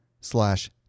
slash